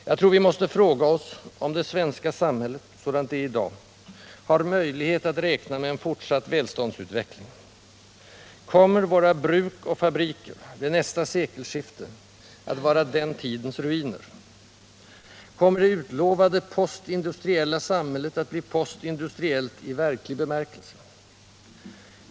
Jag tror vi måste fråga oss om det svenska samhället — sådant det är i dag — har möjlighet att räkna med en fortsatt välståndsutveckling. Kommer våra bruk och fabriker vid nästa sekelskifte att vara den tidens ruiner? Kommer det utlovade ”postindustriella” samhället att bli postindustriellt i verklig bemärkelse?